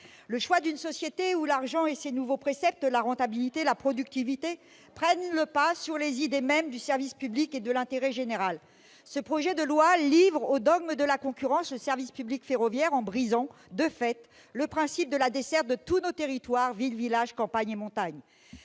le choix d'une société où l'argent et ses nouveaux préceptes- la rentabilité, la productivité -prennent le pas sur les idées mêmes de service public et d'intérêt général. C'est un refrain ! Ce projet de loi livre le service public ferroviaire au dogme de la concurrence en brisant, de fait, le principe de la desserte de tous nos territoires, villes, villages, campagnes et montagnes.